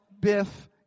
Biff